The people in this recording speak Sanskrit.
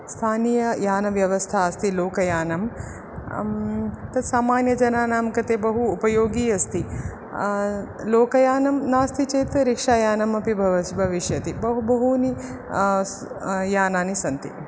स्थानीययानव्यवस्था अस्ति लोकयानम् तत् सामान्यजनानां कृते बहु उपयोगि अस्ति लोकयानं नास्ति चेत् रिक्षायानमपि भवस् भविष्यति बहु बहूनि यानानि सन्ति